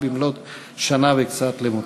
במלאות שנה וקצת למותו.